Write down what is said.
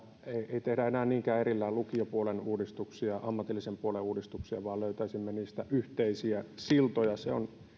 ei tehdä enää niinkään erikseen lukiopuolen uudistuksia ja ammatillisen puolen uudistuksia vaan löytäisimme niistä yhteisiä siltoja se on